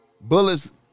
Bullets